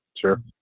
Sure